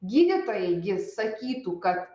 gydytojai gi sakytų kad